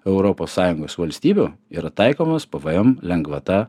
europos sąjungos valstybių yra taikomas pvm lengvata